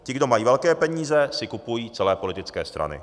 Ti, kdo mají velké peníze, si kupují celé politické strany.